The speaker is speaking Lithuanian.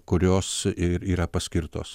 kurios ir yra paskirtos